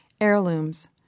Heirlooms